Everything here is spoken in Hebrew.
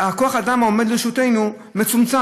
כוח האדם העומד לרשותנו מצומצם.